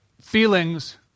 feelings